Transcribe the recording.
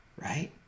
right